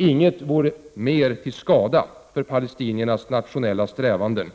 Inget vore mer till skada för palestiniernas nationella strävanden